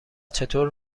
چطور